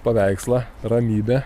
paveikslą ramybę